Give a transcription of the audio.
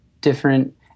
different